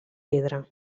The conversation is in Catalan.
pedra